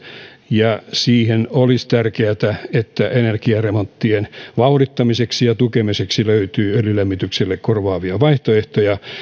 ja olisi tärkeätä että energiaremonttien vauhdittamiseksi ja tukemiseksi löytyy öljylämmitykselle korvaavia vaihtoehtoja